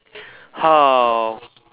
how